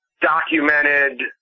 documented